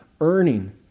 earning